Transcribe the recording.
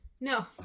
No